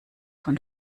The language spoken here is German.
von